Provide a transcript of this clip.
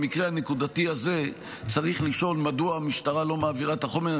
במקרה הנקודתי הזה צריך לשאול מדוע המשטרה לא מעבירה את החומר.